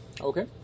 Okay